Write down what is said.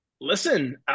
listen